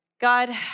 God